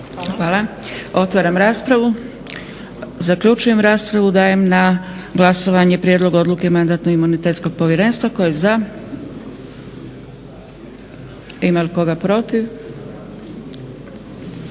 Hvala. Otvaram raspravu. Nema prijavljenih. Zaključujem raspravu. Dajem na glasovanje prijedlog odluke Mandatno-imunitetnog povjerenstva. Tko je za? Ima li tko protiv?